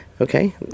Okay